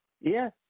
Yes